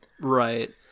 Right